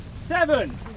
seven